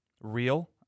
real